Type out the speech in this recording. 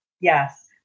Yes